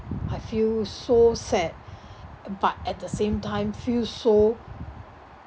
I feel so sad but at the same time feel so